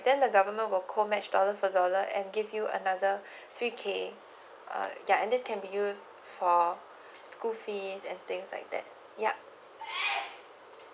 then the government will co match dollar for dollar and give you another three K uh ya and this can be use for school fees and things like that ya